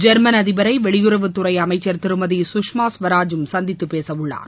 German அதிபரை வெளியுறவு துறை அமைச்சர் திருமதி கஷ்மா ஸ்வராஜும் சந்தித்து பேசவுள்ளார்